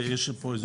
יש פה איזשהו?